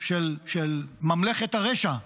של ממלכת הרשע,